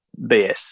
BS